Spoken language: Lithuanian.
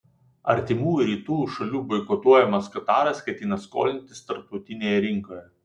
artimųjų rytų šalių boikotuojamas kataras ketina skolintis tarptautinėje rinkoje